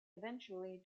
eventually